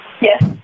Yes